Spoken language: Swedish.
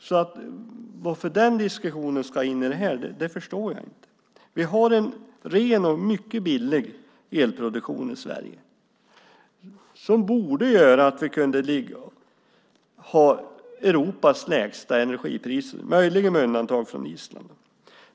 Varför den diskussionen ska in i det här förstår jag inte. Vi har en ren och mycket billig elproduktion i Sverige som borde innebära att vi kunde ha Europas lägsta energipriser, möjligen med undantag för Island.